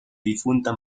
difunta